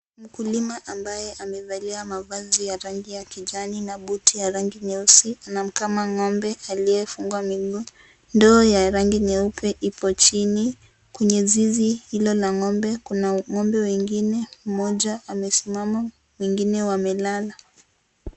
Mkulima ambaye amevalia mavazi ya rangi ya kijani na buti ya rangi ya nyeusi anakama ngombe aliyefunua miguu, ndoo ya rangi nyeupe ipo chini kwenye zizi hilonla ngombe, kuna ngombe ingine mona amesimama mwingine wamelala.